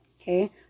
Okay